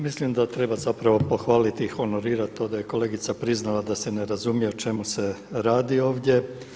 Mislim da treba zapravo pohvaliti i honorirati to da je kolegica priznala da se ne razumije o čemu se radi ovdje.